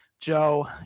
Joe